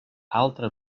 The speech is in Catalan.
altra